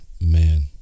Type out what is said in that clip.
man